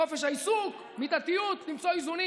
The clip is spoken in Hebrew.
חופש העיסוק, מידתיות, למצוא איזונים